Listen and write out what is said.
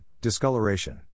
discoloration